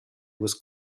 was